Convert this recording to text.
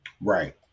right